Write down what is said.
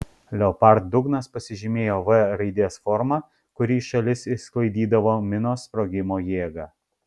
leopard dugnas pasižymėjo v raidės forma kuri į šalis išsklaidydavo minos sprogimo jėgą